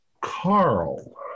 Carl